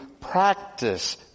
practice